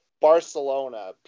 Barcelona